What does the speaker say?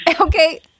Okay